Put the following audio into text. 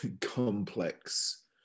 complex